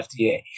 FDA